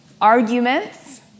arguments